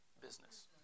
business